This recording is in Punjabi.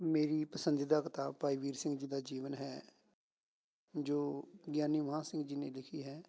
ਮੇਰੀ ਪਸੰਦੀਦਾ ਕਿਤਾਬ ਭਾਈ ਵੀਰ ਸਿੰਘ ਜੀ ਦਾ ਜੀਵਨ ਹੈ ਜੋ ਗਿਆਨੀ ਮਹਾਂ ਸਿੰਘ ਜੀ ਨੇ ਲਿਖੀ ਹੈ